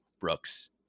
Brooks